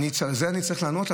על זה אני צריך לענות?